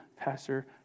Pastor